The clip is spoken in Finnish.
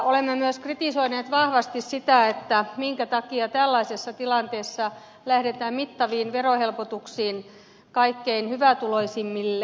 olemme myös kritisoineet vahvasti sitä minkä takia tällaisessa tilanteessa lähdetään mittaviin verohelpotuksiin kaikkein hyvätuloisimmille